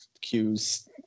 cues